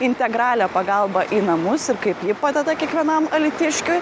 integralią pagalbą į namus ir kaip ji padeda kiekvienam alytiškiui